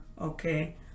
Okay